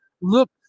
Look